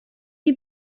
die